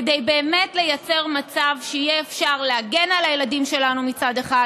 כדי באמת לייצר מצב שבו יהיה אפשר להגן על הילדים שלנו מצד אחד,